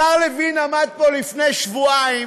השר לוין עמד פה לפני שבועיים